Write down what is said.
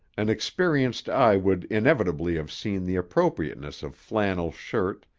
an experienced eye would inevitably have seen the appropriateness of flannel shirt,